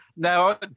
Now